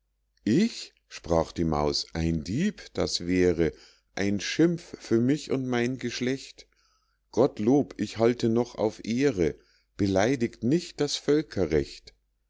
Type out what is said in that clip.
ich sprach die maus ein dieb das wäre ein schimpf für mich und mein geschlecht gott lob ich halte noch auf ehre beleidigt nicht das völkerrecht